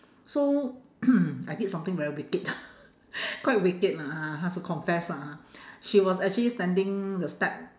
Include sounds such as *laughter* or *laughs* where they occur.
so *coughs* I did something very wicked *laughs* quite wicked lah ha I has to confess lah ha she was actually standing the step